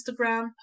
Instagram